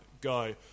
go